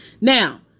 Now